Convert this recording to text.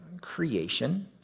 creation